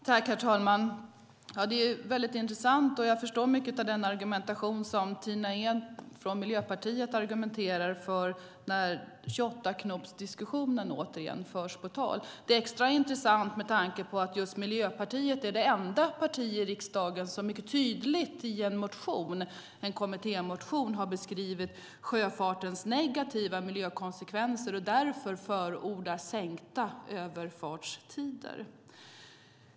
Herr talman! Det är väldigt intressant med den argumentation som Tina Ehn från Miljöpartiet för om 28-knopshastigheten. Det är extra intressant med tanke på att Miljöpartiet är det enda parti i riksdagen som mycket tydligt i en kommittémotion har beskrivit sjöfartens negativa miljökonsekvenser och därför förordar sänkta överfartshastigheter.